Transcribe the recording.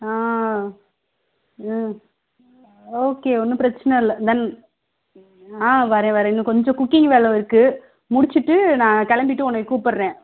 ஆ ம் ஓகே ஒன்றும் பிரச்சின இல்லை நல் ஆ வரேன் வரேன் இன்னும் கொஞ்சம் குக்கிங் வேலை இருக்குது முடிச்சுட்டு நான் கிளம்பிட்டு ஒன்றைய கூப்பிட்றேன்